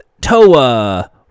Toa